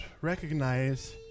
recognize